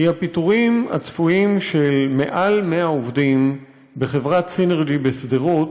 היא הפיטורים הצפויים של מעל 100 עובדים בחברת סינרג'י בשדרות,